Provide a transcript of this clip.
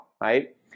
right